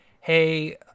hey